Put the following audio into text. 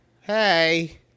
Hey